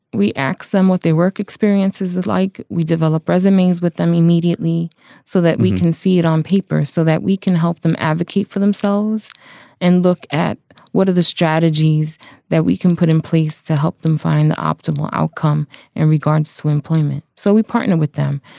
we asked them what their work experiences like like we develop resumes with them immediately so that we can see it on paper so that we can help them advocate for themselves and look at what are the strategies that we can put in place to help them find the optimal outcome and regards swim placement. so we partner with them.